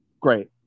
great